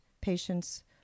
patients